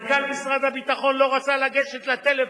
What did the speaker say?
מנכ"ל משרד הביטחון לא רצה לגשת לטלפון,